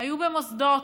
היו במוסדות,